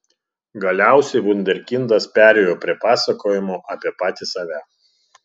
galiausiai vunderkindas perėjo prie pasakojimo apie patį save